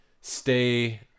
stay